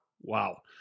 Wow